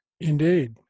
Indeed